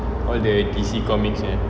all the D_C comics nya